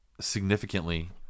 significantly